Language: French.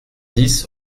dix